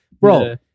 Bro